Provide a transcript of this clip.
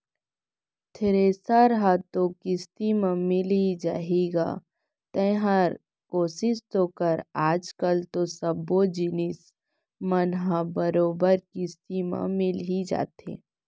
thresher हर तो किस्ती म मिल जाही गा तैंहर कोसिस तो कर आज कल तो सब्बो जिनिस मन ह बरोबर किस्ती म मिल ही जाथे